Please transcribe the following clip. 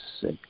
sick